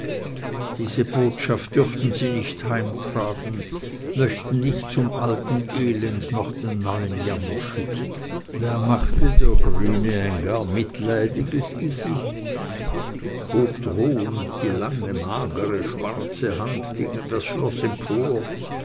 diese botschaft dürften sie nicht heimtragen möchten nicht zum alten elend noch den neuen jammer schütten da machte der grüne ein gar mitleidiges gesicht hob drohend die lange magere schwarze hand gegen das schloß empor